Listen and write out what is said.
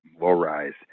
low-rise